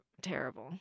terrible